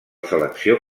selecció